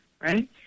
right